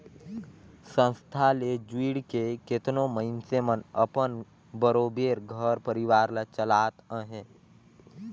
संस्था ले जुइड़ के केतनो मइनसे मन अपन बरोबेर घर परिवार ल चलात अहें